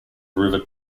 river